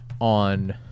on